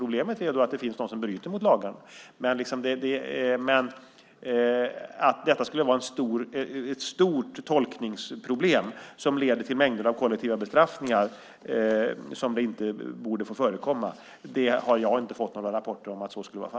Problemet är att det finns de som bryter mot lagarna. Men jag har inte fått några rapporter om att detta skulle vara ett stort tolkningsproblem som leder till mängder av kollektiva bestraffningar som inte borde få förekomma.